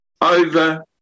over